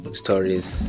stories